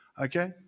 Okay